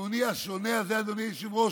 התכנוני השונה הזה, אדוני היושב-ראש,